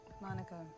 Monica